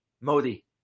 modi